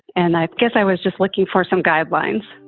and i guess i was just looking for some guidelines